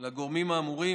לגורמים האמורים,